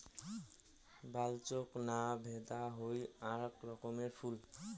বালচোক না ভেদা হই আক রকমের ফুল